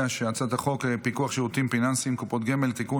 את הצעת חוק הפיקוח על שירותים פיננסיים (קופות גמל) (תיקון,